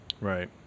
Right